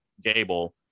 Gable